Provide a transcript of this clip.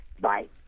Bye